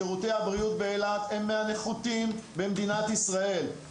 שירותי הבריאות באילת הם מהנחותים במדינת ישראל.